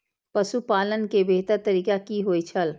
पशुपालन के बेहतर तरीका की होय छल?